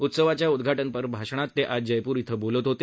उत्सवाच्या उद्घाटनपर भाषणात ते आज जयपूर इथं बोलत होते